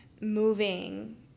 moving